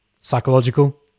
Psychological